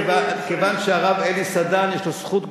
כיוון שהרב אלי סדן יש לו זכות גדולה,